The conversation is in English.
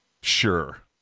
Sure